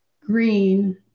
Green